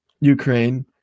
Ukraine